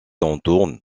entoure